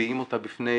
מביעים אותה בפני